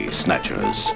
snatchers